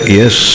yes